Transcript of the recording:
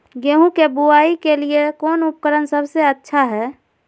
गेहूं के बुआई के लिए कौन उपकरण सबसे अच्छा है?